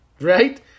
right